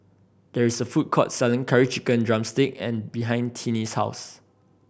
there is a food court selling Curry Chicken drumstick and behind Tinie's house